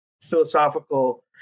philosophical